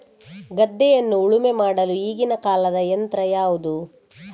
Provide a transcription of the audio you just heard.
ಗದ್ದೆಯನ್ನು ಉಳುಮೆ ಮಾಡಲು ಈಗಿನ ಕಾಲದ ಯಂತ್ರ ಯಾವುದು?